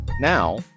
Now